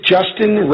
Justin